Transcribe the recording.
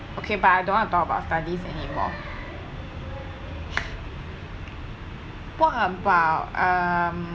okay but I don't want to talk about studies anymore what about um